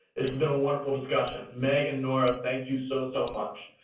it's been a wonderful discussion. meg and nora, thank you so, so much.